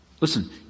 Listen